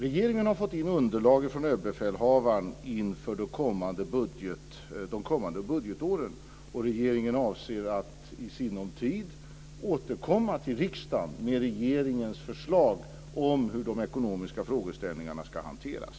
Regeringen har fått in underlag från överbefälhavaren inför de kommande budgetåren. Regeringen avser att i sinom tid återkomma till riksdagen med regeringens förslag om hur de ekonomiska frågeställningarna ska hanteras.